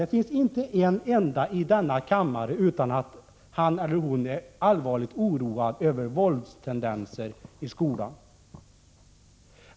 Det finns inte en enda ledamot i denna kammare som inte är allvarligt oroad över våldstendenser i skolan.